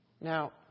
Now